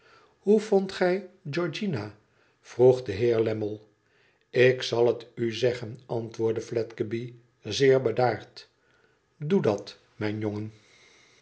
ihoe vondt gij georgiana vroeg de heer lammie ik zal het u zeggen antwoordde fledgeby zeer bedaard idoe dat mijn jongen